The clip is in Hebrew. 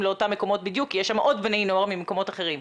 לאותם מקומות בדיוק כי יש שם עוד בני נוער ממקומות אחרים.